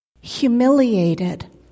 humiliated